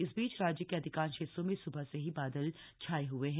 इस बीच राज्य के अधिकांश हिस्सों में सुबह से ही बादल छाये हए हैं